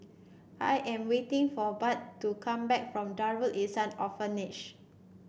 I am waiting for Budd to come back from Darul Ihsan Orphanage